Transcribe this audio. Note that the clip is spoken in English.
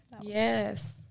Yes